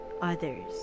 others